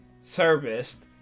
serviced